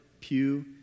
Pew